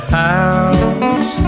house